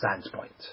standpoint